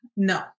No